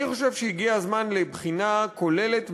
אני חושב שהגיע הזמן לבחינה כוללת,